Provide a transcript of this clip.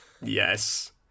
Yes